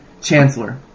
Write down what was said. Chancellor